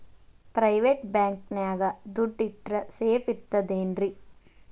Private bank ನ್ಯಾಗ್ ದುಡ್ಡ ಇಟ್ರ ಸೇಫ್ ಇರ್ತದೇನ್ರಿ?